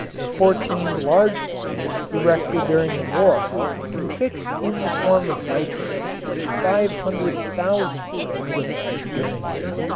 the fourteen large plants erected during the war can fix in the form of nitrates five hundred thousand tons of nitrogen a year,